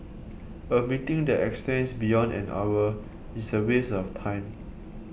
a meeting that extends beyond an hour is a waste of time